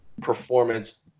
performance